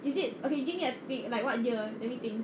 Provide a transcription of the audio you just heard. is it okay give me a thing like what year let me think